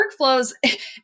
workflows